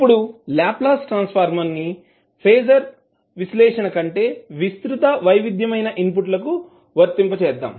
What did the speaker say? ఇప్పుడు Laplace transform ను phasor విశ్లేషణ కంటే విస్తృత వైవిధ్యమైన ఇన్పుట్ లకు వర్తింప జేద్దాం